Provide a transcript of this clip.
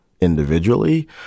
individually